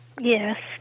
Yes